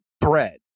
bread